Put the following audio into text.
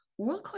WorldCoin